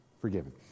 forgiven